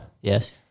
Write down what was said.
Yes